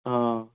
ହଁ